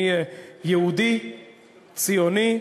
אני יהודי, ציוני,